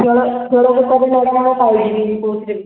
ଖେଳ ଖେଳରେ କହୁଥିଲି ମ୍ୟାଡ଼ାମ କି ପାଇଯିବି କେଉଁଥିରେ ବି ଚାକିରି